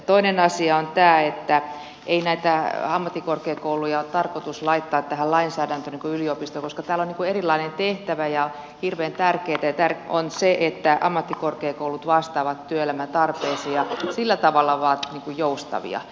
toinen asia on tämä että ei näitä ammattikorkeakouluja ole tarkoitus laittaa tähän lainsäädäntöön niin kuin yliopistot koska tällä on erilainen tehtävä ja hirveän tärkeätä on se että ammattikorkeakoulut vastaavat työelämän tarpeisiin ja sillä tavalla ovat joustavia